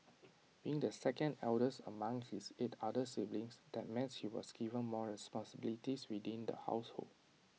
being the second eldest among his eight other siblings that meant he was given more responsibilities within the household